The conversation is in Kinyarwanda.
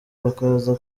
bakaza